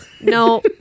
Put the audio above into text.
No